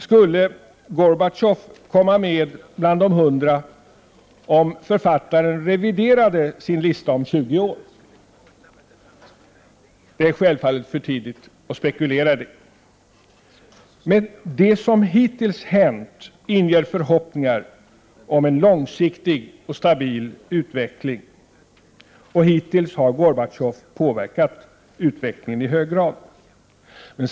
Skulle Gorbatjov komma med bland de hundra, om författaren reviderade sin lista om 20 år? Det är självfallet för tidigt att spekulera i det. Det som hittills har hänt inger förhoppningar om en långsiktig och stabil utveckling. Hittills har Gorbatjov påverkat utvecklingen i hög grad.